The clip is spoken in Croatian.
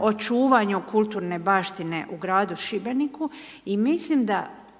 očuvanju kulturne baštine u gradu Šibeniku i mislim da